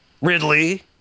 Ridley